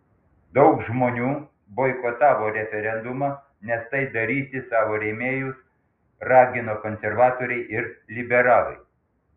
daug žmonių boikotavo referendumą nes tai daryti savo rėmėjus ragino konservatoriai ir liberalai